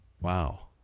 Wow